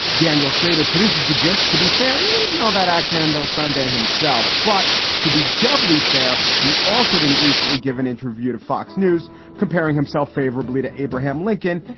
daniel shrader produces the gist. to be fair, you didn't know about axe handle sunday himself. but to be doubly fair, he also didn't recently give an interview to fox news comparing himself favorably to abraham lincoln,